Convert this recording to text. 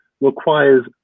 requires